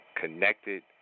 connected